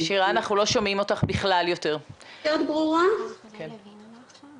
אני לא רוצה להגיד אות מתה,